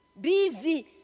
Busy